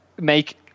make